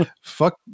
fuck